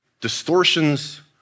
distortions